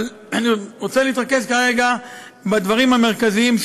אבל אני רוצה להתרכז כרגע בדברים המרכזיים,